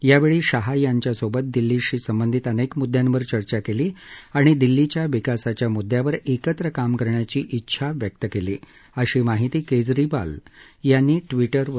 यावेळी शहा यांच्यासोबत दिल्लीशी संबंधित अनेक मुद्द्यांवर चर्चा केली आणि दिल्लीच्या विकासाच्या मुद्द्यावर एकत्र काम करण्याची इच्छा व्यक्त केली अशी माहिती केजरीवाल यांनी ट्विटरवरून दिली आहे